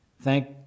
Thank